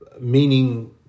meaning